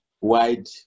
wide